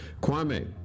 Kwame